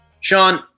Sean